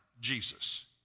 Jesus